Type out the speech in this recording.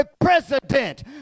president